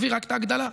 נביא רק את ההגדלה.